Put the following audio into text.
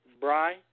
Bry